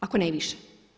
Ako ne i više.